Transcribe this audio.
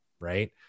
right